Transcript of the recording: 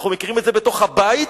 אנחנו מכירים את זה בתוך הבית,